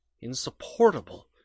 insupportable